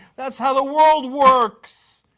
that's how the world works.